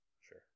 Sure